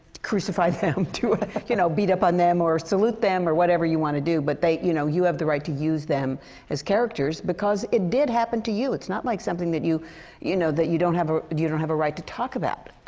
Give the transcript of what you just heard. crucify them, you know, beat up on them, or salute them, or whatever you want to do. but they you know, you have the right to use them as characters. because it did happen to you. it's not like something that you you know, that you don't have a you don't have a right to talk about.